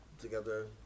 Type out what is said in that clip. together